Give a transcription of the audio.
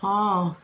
ହଁ